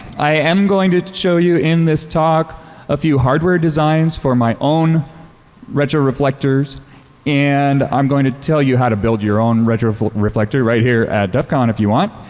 i am going to to show you in this talk a few hardware designs for my own retroreflectors and i'm going to tell you how to build your own retroreflector right here at def con, if you want.